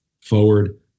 forward